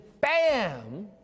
bam